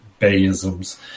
Bayisms